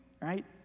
right